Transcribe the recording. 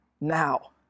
now